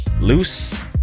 Loose